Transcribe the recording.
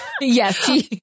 yes